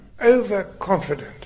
overconfident